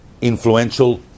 influential